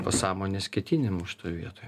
pasąmonės ketinimų šitoj vietoj